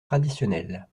traditionnelle